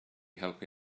helpu